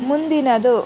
ಮುಂದಿನದು